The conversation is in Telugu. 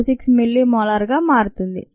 26 మిల్లీమోలార్గా మారుతుంది